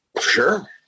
Sure